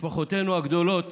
משפחותינו הגדולות